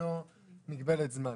ללא מגבלת זמן.